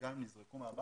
וגם אם יזרקו מהבית,